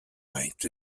length